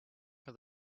for